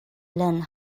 learn